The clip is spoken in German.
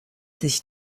sich